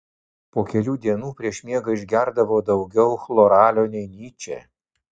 po kelių dienų prieš miegą išgerdavo daugiau chloralio nei nyčė